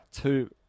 two